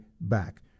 back